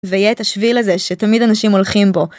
ויהיה את השביל הזה שתמיד אנשים הולכים בו.